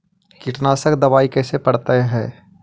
कीटनाशक दबाइ कैसे पड़तै है?